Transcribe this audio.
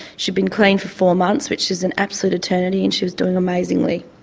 she'd been clean for four months, which is an absolute eternity and she's doing amazingly.